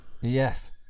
Yes